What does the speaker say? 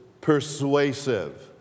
persuasive